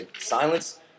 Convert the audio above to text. silence